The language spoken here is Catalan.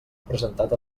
presentat